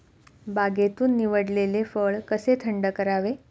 बागेतून निवडलेले फळ कसे थंड करावे?